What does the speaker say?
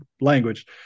language